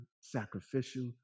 sacrificial